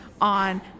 on